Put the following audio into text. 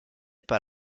par